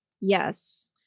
Yes